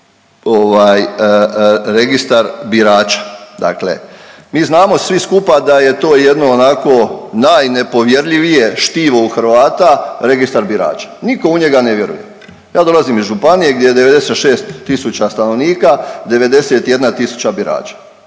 Registar birača. Dakle, mi znamo svi skupa da je to jedno onako najnepovjerljivije štivo u Hrvata Registar birača. Niko u njega ne vjeruje. Ja dolazim iz županije gdje je 96 tisuća stanovnika, 91 tisuća birača.